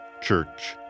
Church